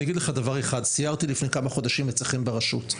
אני אגיד לך דבר אחד סיירתי לפני כמה חודשים אצלכם ברשות,